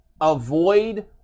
avoid